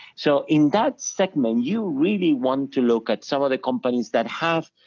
so in that segment you really want to look at some of the companies that have,